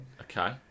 Okay